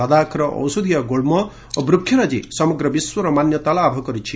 ଲଦାଖ୍ର ଔଷଧ୍ୟ ଗୁଳ୍କ ଓ ବୃକ୍ଷରାଜି ସମଗ୍ର ବିଶ୍ୱର ମାନ୍ୟତା ଲାଭ କରିଛି